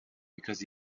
because